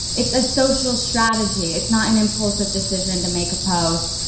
it's a social strategy. it's not an impulsive decision to make a post.